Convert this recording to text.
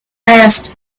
asked